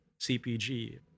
CPG